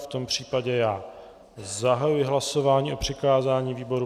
V tom případě já zahajuji hlasování o přikázání výboru.